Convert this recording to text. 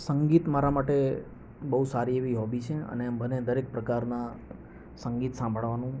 સંગીત મારા માટે બહુ સારી એવી હોબી છે અને મને દરેક પ્રકારના સંગીત સાંભળવાનું